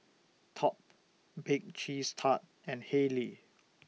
Top Bake Cheese Tart and Haylee